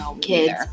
kids